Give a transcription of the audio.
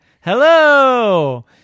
hello